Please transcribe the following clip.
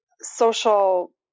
social